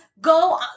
go